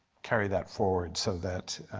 carry that forward so that